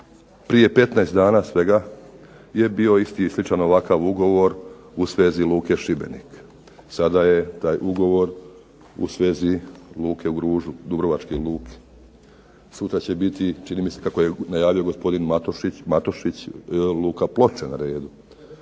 prije 15 dana svega je bio isti i sličan ovakav ugovor u svezi Luke Šibenik, sada je taj ugovor u svezi Luke u Gružu, dubrovačke luke. Sutra će biti čini mi se kako je najavio gospodin Matušić Luka Ploče. Već